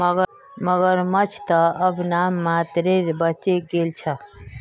मगरमच्छ त अब नाम मात्रेर बचे गेल छ